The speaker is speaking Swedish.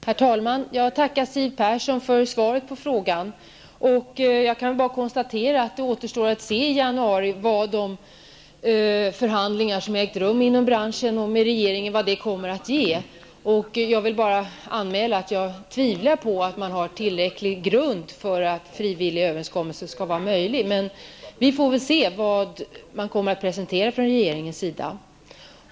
Herr talman! Jag tackar Siw Persson för svaret på frågan. Jag kan bara konstatera att det i januari återstår att se vad de förhandlingar som har ägt rum inom branschen och regeringen kommer att ge. Jag vill bara anmäla att jag tvivlar på att man har tillräcklig grund för att frivilliga överenskommelser skall vara möjliga, men vi får väl se vad regeringen kommer att presentera.